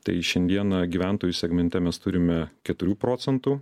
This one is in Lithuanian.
tai šiandieną gyventojų segmente mes turime keturių procentų